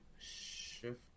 shift